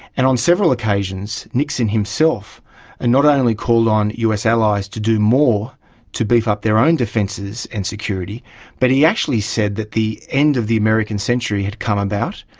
and on several occasions nixon himself and not only called on us allies to do more to beef up their own defences and security but he actually said that the end of the american century had come about,